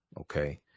Okay